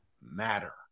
matter